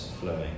flowing